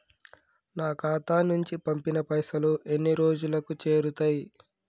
నా ఖాతా నుంచి పంపిన పైసలు ఎన్ని రోజులకు చేరుతయ్?